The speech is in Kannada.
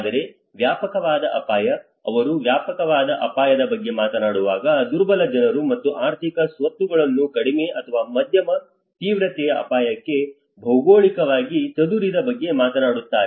ಆದರೆ ವ್ಯಾಪಕವಾದ ಅಪಾಯ ಅವರು ವ್ಯಾಪಕವಾದ ಅಪಾಯದ ಬಗ್ಗೆ ಮಾತನಾಡುವಾಗ ದುರ್ಬಲ ಜನರು ಮತ್ತು ಆರ್ಥಿಕ ಸ್ವತ್ತುಗಳನ್ನು ಕಡಿಮೆ ಅಥವಾ ಮಧ್ಯಮ ತೀವ್ರತೆಯ ಅಪಾಯಕ್ಕೆ ಭೌಗೋಳಿಕವಾಗಿ ಚದುರಿದ ಬಗ್ಗೆ ಮಾತನಾಡುತ್ತಾರೆ